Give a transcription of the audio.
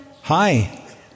Hi